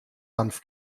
hanf